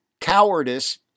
cowardice